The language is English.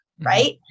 right